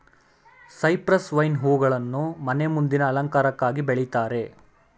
cypress vine ಹೂಗಳನ್ನು ಮನೆ ಮುಂದಿನ ಅಲಂಕಾರಕ್ಕಾಗಿ ಬೆಳಿತಾರೆ